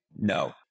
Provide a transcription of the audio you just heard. No